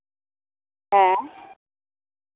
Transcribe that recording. ᱦᱮᱸ